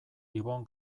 ibon